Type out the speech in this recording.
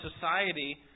society